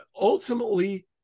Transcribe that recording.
ultimately